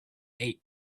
eight